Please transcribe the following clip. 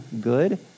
good